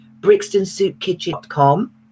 brixtonsoupkitchen.com